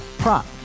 prop